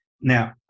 now